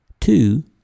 two